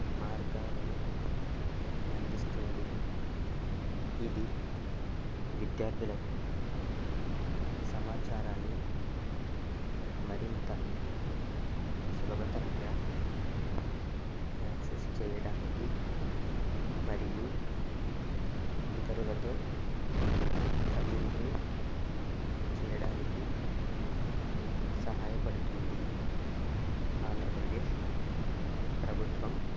మార్గాలను అందిస్తుంది ఇది విద్యార్థులకు సమాచారాన్ని మరింత సులభతరంగా యాక్సస్ చేయడానికి మరియు ఇతరులతో కమ్యూనికేట్ చేయడానికి సహాయపడుతుంది ఆంధ్రప్రదేశ్ ప్రభుత్వం